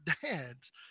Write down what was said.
dads